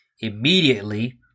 Immediately